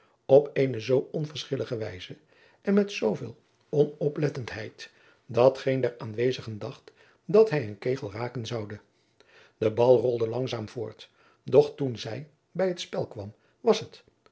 op eene zoo onverschillige wijze en met zooveel onoplettendheid dat geen der aanwezenden dacht dat hij een kegel raken zoude de bal rolde langzaam voort doch toen zij bij het spel kwam was het